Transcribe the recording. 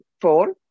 Four